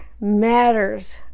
matters